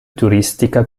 turistica